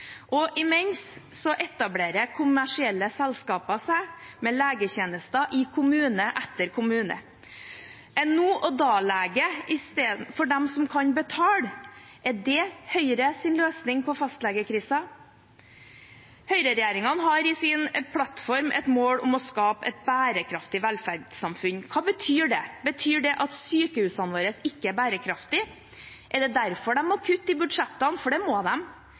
yrke. Imens etablerer kommersielle selskaper seg med legetjenester i kommune etter kommune. En nå-og-da-lege for dem som kan betale, er det Høyres løsning på fastlegekrisen? Høyreregjeringen har i sin plattform et mål om å skape et bærekraftig velferdssamfunn. Hva betyr det? Betyr det at sykehusene våre ikke er bærekraftige? Er det derfor de må kutte i budsjettene – for det må